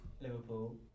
Liverpool